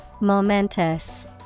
Momentous